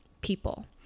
people